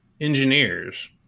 engineers